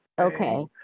Okay